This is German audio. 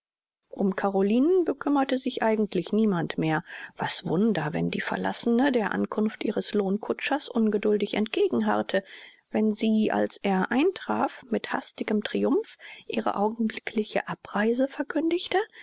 um carolinen bekümmerte sich eigentlich niemand mehr was wunder wenn die verlassene der ankunft ihres lohnkutschers ungeduldig entgegenharrte wenn sie als er eintraf mit hastigem triumph ihre augenblickliche abreise verkündigte